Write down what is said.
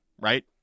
right